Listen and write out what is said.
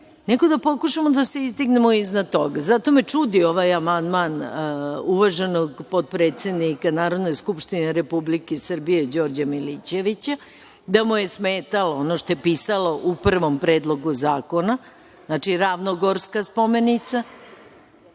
nego da pokušamo da se izdignemo iznad toga. Zato me čudi ovaj amandman uvaženog potpredsednika Narodne skupštine Republike Srbije Đorđa Milićevića, da mu je smetalo ono što je pisalo u prvom Predlogu zakona, znači ravnogorska spomenica.